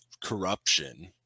corruption